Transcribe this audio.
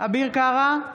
אביר קארה,